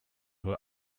were